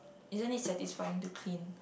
isn't it satisfying to clean